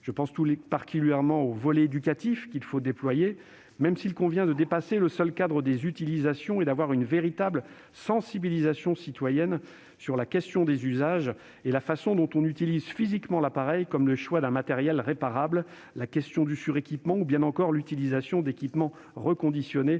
Je pense particulièrement au volet éducatif, qu'il faut déployer, même s'il convient de dépasser le seul cadre des utilisations et de mettre en place une véritable sensibilisation citoyenne sur la question des usages et la façon dont on utilise physiquement l'appareil : choix d'un matériel réparable, question du suréquipement, utilisation d'équipements reconditionnés,